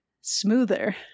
smoother